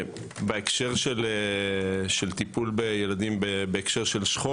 לגבי טיפול בילדים בהקשר של שכול